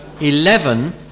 eleven